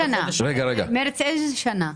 מרץ, איזה שנה?